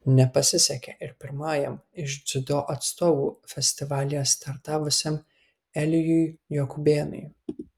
nepasisekė ir pirmajam iš dziudo atstovų festivalyje startavusiam elijui jokubėnui